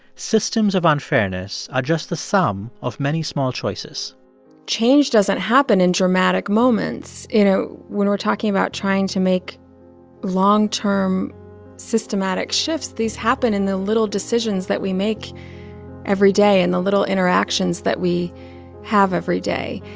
systems of unfairness are just the sum of many small choices change doesn't happen in dramatic moments. you know, when we're talking about trying to make long-term systematic shifts, these happen in the little decisions that we make every day and the little interactions interactions that we have every day.